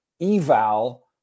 eval